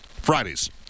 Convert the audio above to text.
Fridays